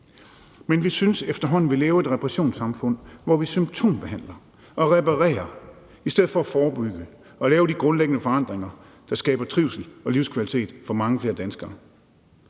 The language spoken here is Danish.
men vi synes efterhånden, at vi lever i et reparationssamfund, hvor vi symptombehandler og reparerer i stedet for at forebygge og lave de grundlæggende forandringer, der skaber trivsel og livskvalitet for mange flere danskere.